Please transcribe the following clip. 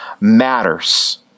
matters